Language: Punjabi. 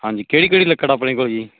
ਹਾਂਜੀ ਕਿਹੜੀ ਕਿਹੜੀ ਲੱਕੜ ਆਪਣੇ ਕੋਲ ਜੀ